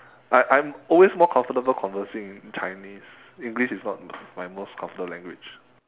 I I'm always more comfortable conversing in chinese english is not my most confident language